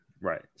Right